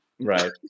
Right